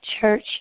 church